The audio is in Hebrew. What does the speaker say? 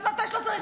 מתי שלא צריך,